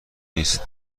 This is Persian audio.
نیست